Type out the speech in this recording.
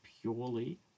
purely